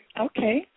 Okay